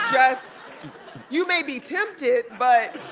just you may be tempted, but